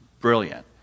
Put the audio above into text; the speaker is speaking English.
brilliant